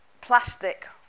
Plastic